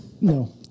No